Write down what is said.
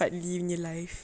fadli nya live